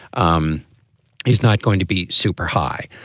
um he's not going to be super high.